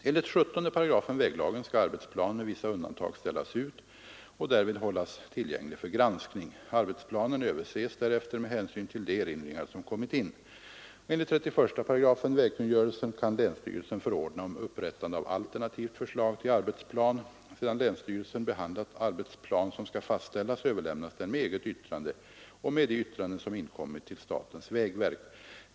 Enligt 17 § väglagen skall arbetsplan med vissa undantag ställas ut och därvid hållas tillgänglig för granskning. Arbetsplanen överses därefter med hänsyn till de erinringar som kommit in. Enligt 31 § vägkungörelsen kan länsstyrelsen förordna om upprättande av alternativt förslag till arbetsplan. Sedan länsstyrelsen behandlat arbetsplan som skall fastställas överlämnas den med eget yttrande och med de yttranden som inkommit till statens vägverk.